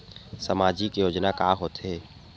सामाजिक योजना का होथे?